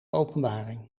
openbaring